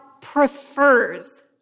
prefers